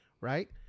right